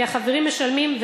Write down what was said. כי החברים משלמים,